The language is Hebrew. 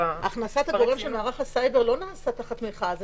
הכנסת הגורם של מערך הסייבר לא נעשה תחת- -- זה